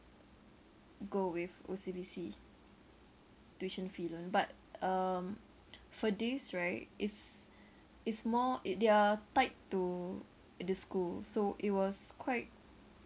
go with O_C_B_C tuition fee loan but um for this right it's it's more it they're tied to the school so it was quite